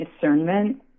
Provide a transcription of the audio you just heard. discernment